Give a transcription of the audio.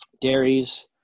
Dairies